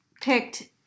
picked